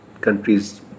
countries